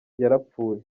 yarapfuye